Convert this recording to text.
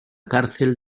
cárcel